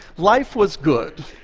life was good.